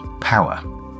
power